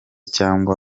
cyangwa